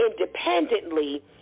independently